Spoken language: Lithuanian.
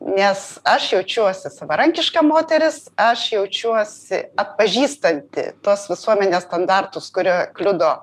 nes aš jaučiuosi savarankiška moteris aš jaučiuosi atpažįstanti tuos visuomenės standartus kurie kliudo